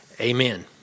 Amen